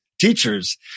teachers